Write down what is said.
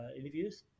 interviews